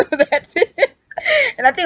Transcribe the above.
that's it and I think